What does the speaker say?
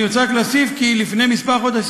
אני רוצה רק להוסיף כי לפני כמה חודשים